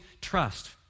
trust